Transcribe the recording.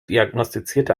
diagnostizierte